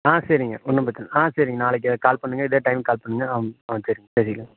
ஆ சரிங்க ஒன்றும் பிரச்சின இல்லை ஆ சரிங்க நாளைக்கு கால் பண்ணுங்க இதே டைமுக்கு கால் பண்ணுங்க ஆ ஆ சரி சரிங்க